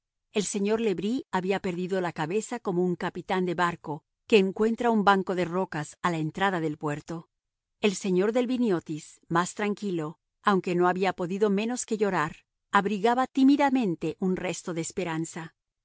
el señor le bris había perdido la cabeza como un capitán de barco que encuentra un banco de rocas a la entrada del puerto el señor delviniotis más tranquilo aunque no había podido menos que llorar abrigaba tímidamente un resto de esperanza